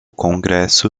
congresso